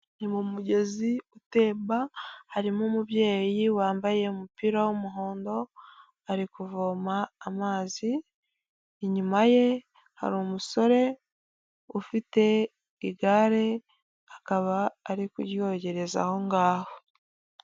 Ni mu mugezi utemba harimo umubyeyi wambaye umupira w'umuhondo ari kuvoma amazi, inyuma ye hari umusore ufite igare akaba ari kuryogereza aho ngaho.